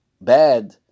bad